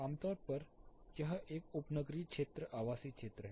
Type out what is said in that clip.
आमतौर पर यह एक उपनगरीय क्षेत्र आवासीय क्षेत्र है